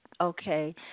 Okay